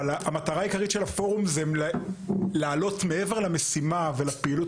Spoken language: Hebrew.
המטרה העיקרית של הפורום היא לעלות מעבר למשימה ולפעילות